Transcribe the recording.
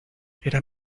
era